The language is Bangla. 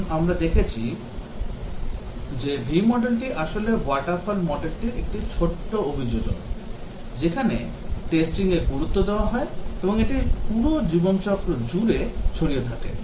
এখন আমরা দেখেছি যে V modelটি আসলে waterfall modelর একটি ছোট্ট অভিযোজন যেখানে testingর গুরুত্ব দেওয়া হয় এবং এটি পুরো জীবন চক্র জুড়ে ছড়িয়ে থাকে